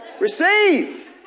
Receive